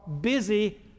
busy